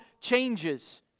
changes